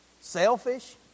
Selfish